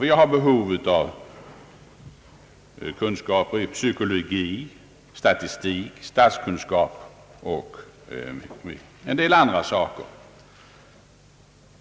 Vi har behov av kunskaper i psykologi, statistik, statskunskap, språk och mycket annat.